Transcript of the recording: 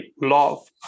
love